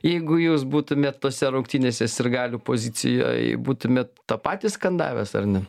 jeigu jūs būtumėt tose rungtynėse sirgalių pozicijoj būtumėt tą patį skandavęs ar ne